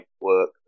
work